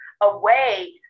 away